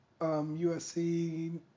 USC